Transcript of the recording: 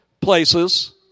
places